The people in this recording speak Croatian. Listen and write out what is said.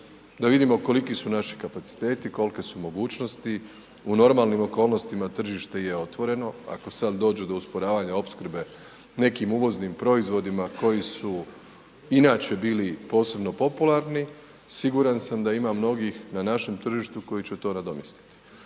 Da vidimo koliki su naši kapaciteti, kolike su mogućnosti. U normalnim okolnostima tržište je otvoreno, ako sad dođe do usporavanja opskrbe nekim uvoznim proizvodima koji su inače bili posebno popularni siguran sam da ima mnogih na našem tržištu koji će to nadomjestiti.